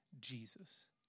Jesus